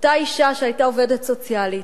אותה אשה שהיתה עובדת סוציאלית,